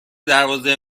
دروازه